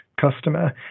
customer